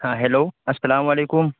ہاں ہیلو السلام علیکم